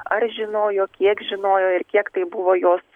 ar žinojo kiek žinojo ir kiek tai buvo jos